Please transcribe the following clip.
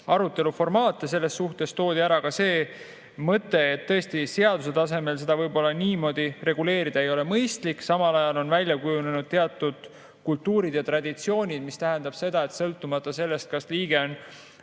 aruteluformaate selles suhtes. Toodi ära ka see mõte, et tõesti seaduse tasemel seda võib-olla niimoodi reguleerida ei ole mõistlik. Samal ajal on välja kujunenud teatud kultuurid ja traditsioonid, mis tähendab seda, et sõltumata sellest, kas liige on